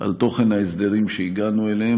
על תוכן ההסדרים שהגענו אליהם.